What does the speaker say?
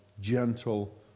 gentle